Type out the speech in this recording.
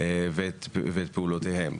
ואת פעולותיהם,